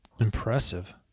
Impressive